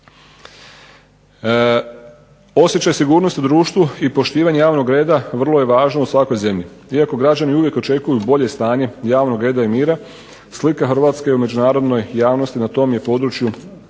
Osjećaj sigurnosti u društvu i poštivanje javnog reda vrlo je važno u svakoj zemlji. Iako građani uvijek očekuju bolje stanje javnog reda i mira slika Hrvatske u međunarodnoj javnosti na tom je području